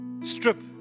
strip